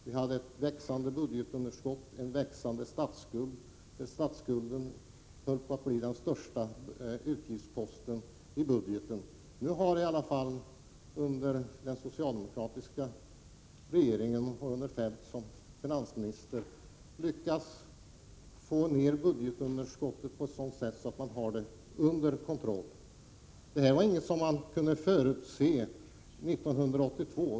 Vi hade ett växande budgetunderskott och en växande statsskuld, där räntan höll på att 47 bli den största utgiftsposten i budgeten. Under den socialdemokratiska regeringen, med Feldt som finansminister, har det varit möjligt att få ned budgetunderskottet på ett sådant sätt att det är under kontroll. Det här var ingenting som man kunde förutse 1982.